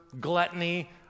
gluttony